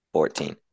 Fourteen